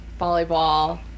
volleyball